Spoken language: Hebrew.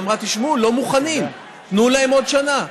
היא אמרה: תשמעו, לא מוכנים, תנו להם עוד שנה.